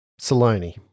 Saloni